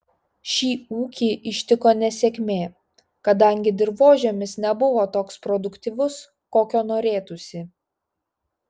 šį ūkį ištiko nesėkmė kadangi dirvožemis nebuvo toks produktyvus kokio norėtųsi